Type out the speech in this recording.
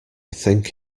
think